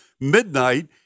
midnight